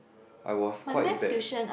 I was quite bad